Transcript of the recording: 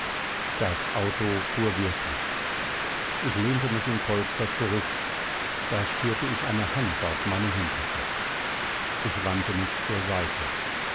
das auto fuhr wirklich ich lehnte mich im polster zurück da spürte ich eine hand auf meinem hinterkopf ich wandte mich zur seite